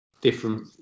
different